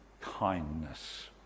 kindness